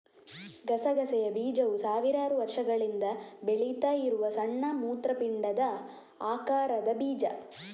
ಗಸಗಸೆ ಬೀಜವು ಸಾವಿರಾರು ವರ್ಷಗಳಿಂದ ಬೆಳೀತಾ ಇರುವ ಸಣ್ಣ ಮೂತ್ರಪಿಂಡದ ಆಕಾರದ ಬೀಜ